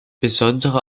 besondere